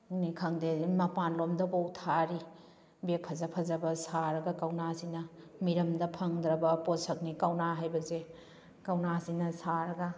ꯅꯤ ꯈꯪꯗꯦ ꯑꯗꯨꯝ ꯃꯄꯥꯟ ꯂꯣꯝꯗꯐꯥꯎꯕ ꯊꯥꯔꯤ ꯕꯦꯒ ꯐꯖ ꯐꯖꯕ ꯁꯥꯔꯒ ꯀꯧꯅꯥꯁꯤꯅ ꯃꯤꯔꯝꯗ ꯐꯪꯗ꯭ꯔꯕ ꯄꯣꯠꯁꯛꯅꯤ ꯀꯧꯅꯥ ꯍꯥꯏꯕꯁꯦ ꯀꯧꯅꯥꯁꯤꯅ ꯁꯥꯔꯒ